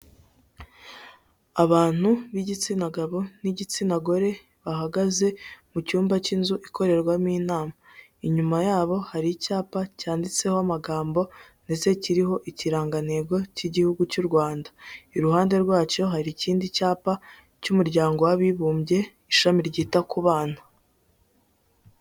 Abantu b'igitsina gabo n'igitsina gore, bahagaze mu cyumba cy'inzu ikorerwamo inama, inyuma yabo hari icyapa cyanditseho amagambo ndetse kiriho ikirangantego cy'Igihugu cy'u Rwanda, iruhande rwacyo hari ikindi cyapa cy'umuryango w'abibumbye ishami ryita ku bana.